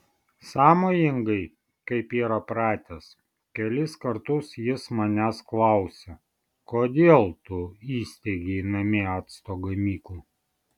sąmojingai kaip yra pratęs kelis kartus jis manęs klausė kodėl tu įsteigei namie acto gamyklą